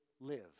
live